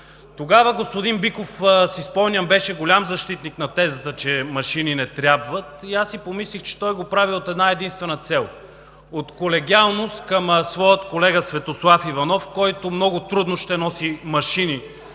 тогава, господин Биков беше голям защитник на тезата, че машини не трябват, и си помислих, че го прави с една единствена цел – от колегиалност към своя колега Светослав Иванов, който много трудно ще носи машини